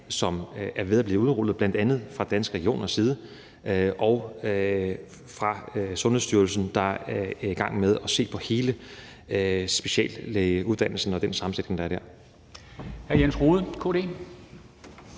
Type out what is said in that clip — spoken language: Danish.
som er ved at blive udrullet, bl.a. fra Danske Regioners side og fra Sundhedsstyrelsens side, der er i gang med at se på hele speciallægeuddannelsen og den sammensætning, der er der.